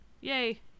yay